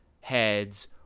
heads